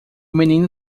menino